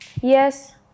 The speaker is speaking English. Yes